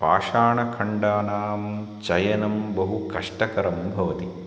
पाषाणखण्डानां चयनं बहुकष्टकरं भवति